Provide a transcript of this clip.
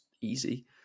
easy